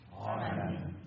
Amen